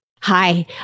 Hi